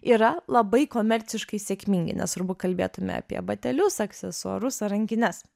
yra labai komerciškai sėkmingi nesvarbu kalbėtume apie batelius aksesuarus ar rankines